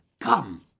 Come